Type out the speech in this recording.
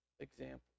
Example